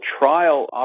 trial